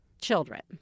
children